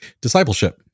discipleship